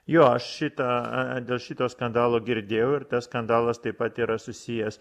jo aš šitą dėl šito skandalo girdėjau ir tas skandalas taip pat yra susijęs